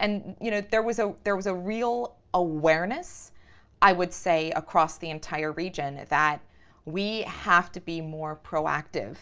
and you know, there was ah there was a real awareness i would say across the entire region that we have to be more proactive